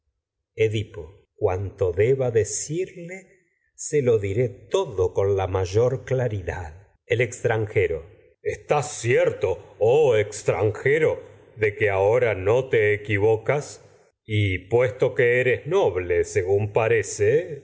edipo cuanto deba todo con la mayor el claridad extranjero estás cierto oh extranjero de que que ahora no te equivocas y puesto eres noble don según parece